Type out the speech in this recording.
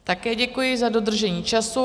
Také děkuji za dodržení času.